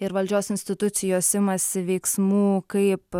ir valdžios institucijos imasi veiksmų kaip